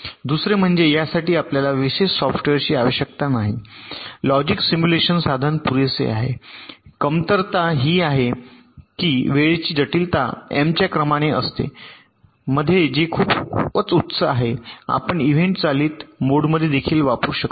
दुसरे म्हणजे यासाठी आपल्याला विशेष सॉफ्टवेअरची आवश्यकता नाही लॉजिक सिम्युलेशन साधन पुरेसे आहे कमतरता ही आहे की वेळची जटिलता एमच्या क्रमाने असते मध्ये जे खूपच उच्च आहे आणि आपण इव्हेंट चालित मोडमध्ये देखील वापरू शकत नाही